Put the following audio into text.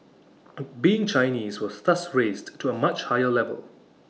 being Chinese was thus raised to A much higher level